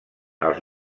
els